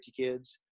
kids